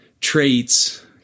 traits